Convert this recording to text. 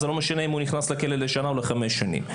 זה לא משנה אם הוא נכנס לכלא לשנה או לחמש שנים.